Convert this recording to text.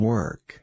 Work